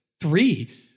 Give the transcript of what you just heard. Three